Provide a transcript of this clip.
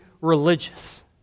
religious